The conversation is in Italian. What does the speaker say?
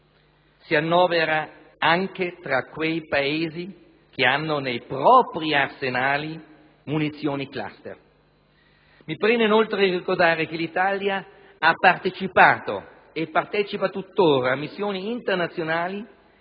si annovera anche tra quei Paesi che hanno nei propri arsenali munizioni *cluster*. Mi preme, inoltre, ricordare che l'Italia ha partecipato e partecipa tuttora a missioni internazionali